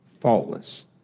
faultless